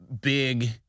big